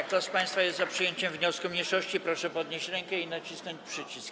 Kto z państwa jest za przyjęciem wniosku mniejszości, proszę podnieść rękę i nacisnąć przycisk.